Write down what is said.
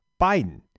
Biden